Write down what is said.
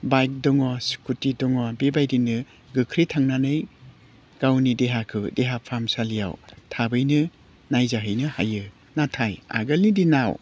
bike दङ scooty दङ बेबायदिनो गोख्रै थांनानै गावनि देहाखौ देहा फाहामसालियाव थाबैनो नायजाहैनो हायो नाथाय आगोलनि दिनाव